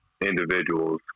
individuals